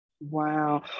Wow